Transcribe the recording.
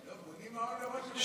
בונים מעון לראש הממשלה כאן,